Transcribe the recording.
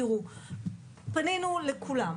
תראו, פנינו לכולם.